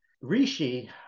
Rishi